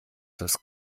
das